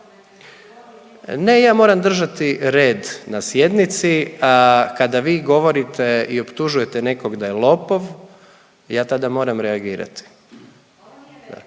Ne, ja moram držati red na sjednici, a kada vi govorite i optužujete nekog da je lopov ja tada moram reagirati.